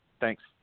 Thanks